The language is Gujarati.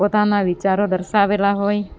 પોતાના વિચારો દર્શાવેલા હોય